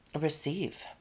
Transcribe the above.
receive